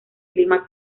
clima